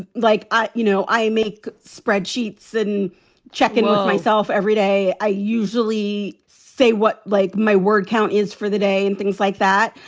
ah like, i, you know, i make spreadsheets and check in with myself every day. i usually say what like my word count is for the day and things like that,